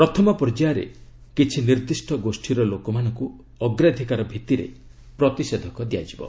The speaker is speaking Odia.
ପ୍ରଥମ ପର୍ଯ୍ୟାୟରେ କିଛି ନିର୍ଦ୍ଧିଷ୍ଟ ଗୋଷୀର ଲୋକମାନଙ୍କୁ ଅଗ୍ରାଧକାର ଭିତ୍ତିରେ ପ୍ରତିଷେଧକ ଦିଆଯିବ